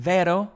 Vero